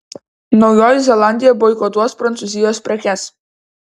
naujoji zelandija boikotuos prancūzijos prekes